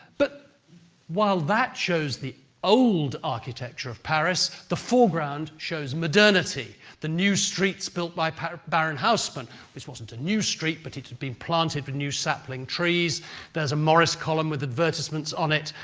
but while that shows the old architecture of paris, the foreground shows modernity the new streets built by baron haussmann this wasn't a new street, but it'd been planted with new sapling trees there's a morris column with advertisements on it,